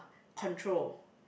control